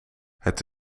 het